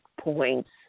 points